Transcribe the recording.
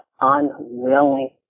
unwilling